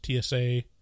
tsa